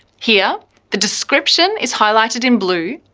here the description is highlighted in blue,